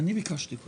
אני ביקשתי.